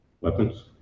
weapons